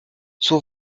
son